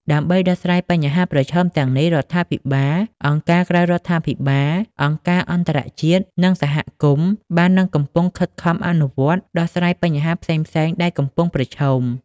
ដើម្បីដោះស្រាយបញ្ហាប្រឈមទាំងនេះ រដ្ឋាភិបាល អង្គការក្រៅរដ្ឋាភិបាល អង្គការអន្តរជាតិ និងសហគមន៍ បាននិងកំពុងខិតខំអនុវត្ត ដោះស្រាយបញ្ហាផ្សេងៗដែលកំពុងប្រឈម។